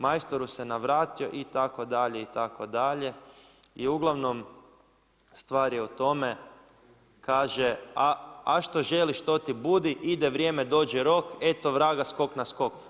Majstoru se navratio itd.“ I uglavnom stvar je o tome kaže – a što želiš to ti budi, ide vrijeme dođe rok, eto vraga skok na skok.